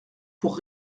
pour